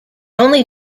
only